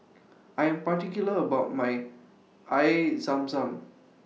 I Am particular about My Air Zam Zam